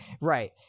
Right